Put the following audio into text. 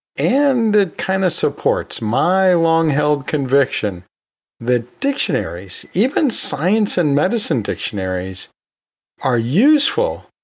and that kind of supports my long held conviction that dictionaries, even science and medicine dictionaries are useful,